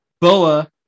Boa